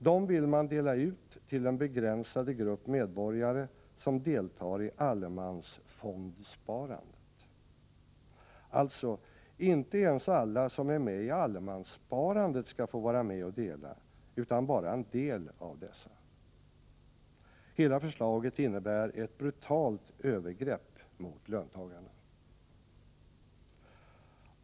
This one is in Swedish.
Dem vill man dela ut till den begränsade grupp medborgare som deltar i allemansfondsparandet. Alltså — inte ens alla som är med i allemanssparandet skall få vara med och dela, utan bara en del av dessa. Hela förslaget innebär ett brutalt övergrepp mot löntagarna.